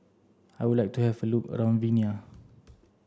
I would like to have a look around Vienna